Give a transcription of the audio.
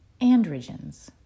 Androgens